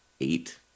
eight